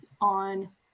on